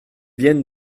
viennent